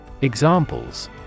Examples